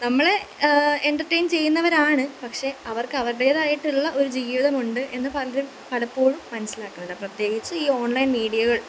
നമ്മളെ എൻറ്റർട്ടെയ്ൻ ചെയ്യുന്നവരാണ് പക്ഷേ അവർക്കവരുടേതായിട്ടുള്ള ഒരു ജീവിതമുണ്ട് എന്ന് പലരും പലപ്പോഴും മനസ്സിലാക്കണില്ല പ്രത്യേകിച്ച് ഈ ഓൺലൈൻ മീഡിയകൾ